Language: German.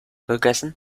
gegessen